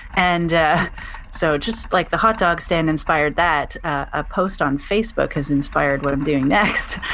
and so just like the hot dog stand inspired that, a post on facebook has inspired what i'm doing next.